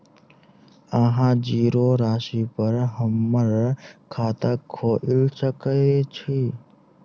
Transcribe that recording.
अहाँ जीरो राशि पर हम्मर खाता खोइल सकै छी?